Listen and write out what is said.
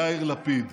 יאיר לפיד.